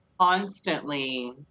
constantly